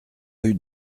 rue